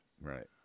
right